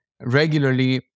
regularly